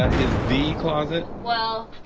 ah is the closet well